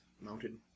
mounted